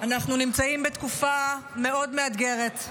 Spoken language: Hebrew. אנחנו נמצאים בתקופה מאוד מאתגרת,